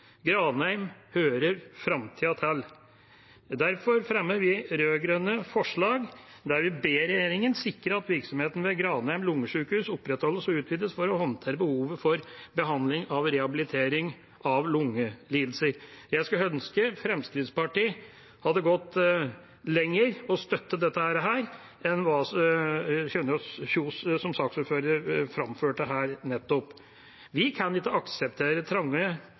Granheim hører framtida til. Derfor fremmer vi rød-grønne forslag der vi ber regjeringa sikre at virksomheten ved Granheim lungesykehus opprettholdes og utvides for å håndtere behovet for behandling og rehabilitering av lungelidelser. Jeg skulle ønske Fremskrittspartiet hadde gått lenger i å støtte dette enn hva Kjønaas Kjos som saksordfører framførte her nettopp. Vi kan ikke akseptere at trange